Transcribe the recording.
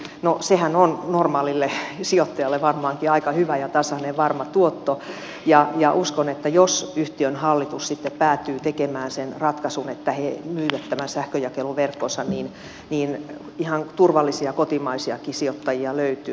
no sehän on normaalille sijoittajalle varmaankin aika hyvä ja tasainen varma tuotto ja uskon että jos yhtiön hallitus sitten päätyy tekemään sen ratkaisun että he myyvät tämän sähkönjakeluverkkonsa niin ihan turvallisia kotimaisiakin sijoittajia löytyy